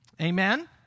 Amen